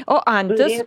o antis